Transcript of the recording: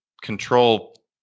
control